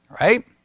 Right